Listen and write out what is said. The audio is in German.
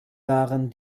waren